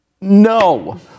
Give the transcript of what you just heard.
No